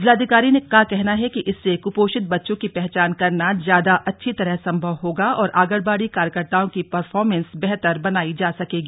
जिलाधिकारी का कहना है कि इससे कुपोषित बच्चों की पहचान करना ज्यादा अच्छी तरह संभव होगा और आंगनबाड़ी कार्यकर्ताओं की परफॉर्मेंस बेहतर बनायी जा सकेगी